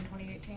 2018